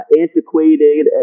antiquated